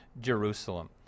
Jerusalem